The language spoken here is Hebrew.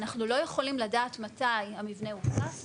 אנחנו לא יכולים לדעת מתי המבנה אוכלס,